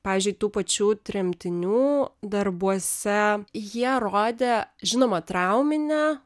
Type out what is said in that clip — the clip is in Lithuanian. pavyzdžiui tų pačių tremtinių darbuose jie rodė žinoma trauminę